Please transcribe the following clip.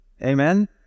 Amen